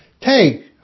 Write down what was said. Take